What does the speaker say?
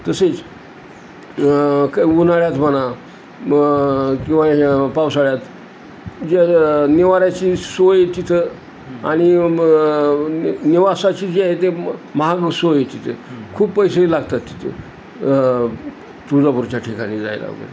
तसेच का उन्हाळ्यात म्हणा ब किंवा पावसाळ्यात जे निवाऱ्याची सोय तिथं आणि नि निवासाची जे आहे ते महाग सोय तिथे खूप पैसेे लागतात तिथे तुळजापूरच्या ठिकाणी जायला वगैरे